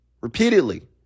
repeatedly